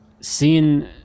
seeing